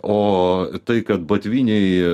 o tai kad batviniai